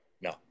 No